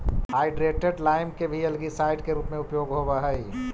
hydrated lime के भी algaecide के रूप में उपयोग होव हई